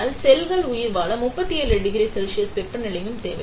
ஆனால் செல்கள் உயிர்வாழ 37 டிகிரி செல்சியஸ் வெப்பநிலையும் தேவை